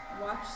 watch